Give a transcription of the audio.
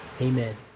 Amen